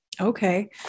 Okay